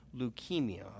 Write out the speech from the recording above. leukemia